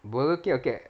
Burger King okay